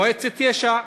מועצת יש"ע: